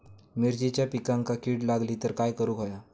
मिरचीच्या पिकांक कीड लागली तर काय करुक होया?